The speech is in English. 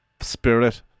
Spirit